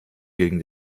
gegen